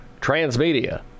Transmedia